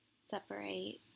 separate